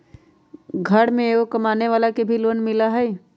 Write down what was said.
घर में एगो कमानेवाला के भी लोन मिलहई?